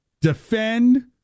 Defend